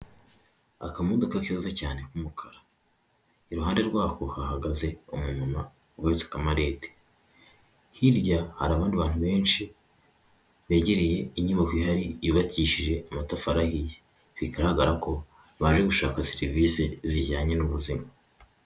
Akamodoka keza cyane k'umukara, iruhande rw'aho hahagaze umumama uhetse akamarete, hirya hari abandi bantu benshi begereye inyubako hari yubakishije amatafari ahiye bigaragara ko baje gushaka serivisi zijyanye n'ubuzima.